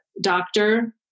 doctor